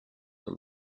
and